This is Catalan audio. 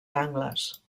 angles